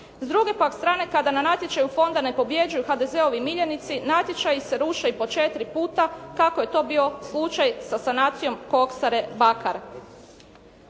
S druge pak strane kada na natječaju Fonda ne pobjeđuju HDZ-ovi miljenici natječaji se ruše i po 4 puta kako je to bio slučaj sa sanacijom koksare Bakar.